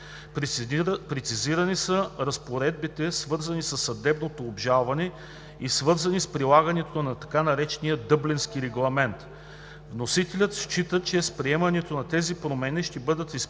Прецизирани са разпоредбите, свързани със съдебното обжалване и свързани с прилагането на така наречения Дъблински регламент. Вносителят счита, че с приемането на тези промени ще бъдат изпълнени